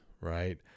right